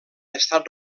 estat